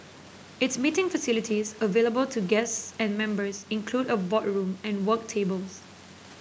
its meeting facilities available to guests and members include a boardroom and work tables